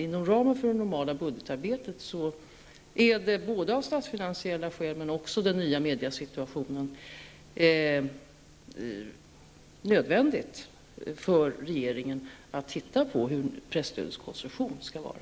Inom ramen för det normala budgetarbetet är det både av statsfinansiella skäl och på grund av den nya mediesituationen nödvändigt för regeringen att se på hur presstödets konstruktion skall vara.